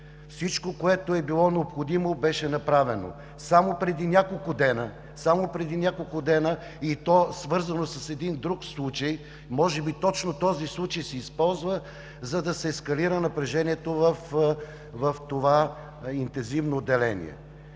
Всичко, което е било необходимо, беше направено. Само преди няколко дни, и то свързано с един друг случай, може би точно този случай се използва, за да се ескалира напрежението в това интензивно отделение.